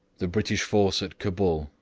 the british force at cabul,